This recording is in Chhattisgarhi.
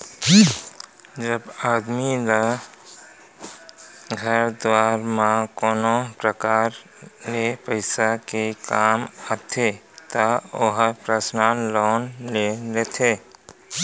जब आदमी ल घर दुवार म कोनो परकार ले पइसा के काम आथे त ओहर पर्सनल लोन ले लेथे